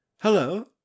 hello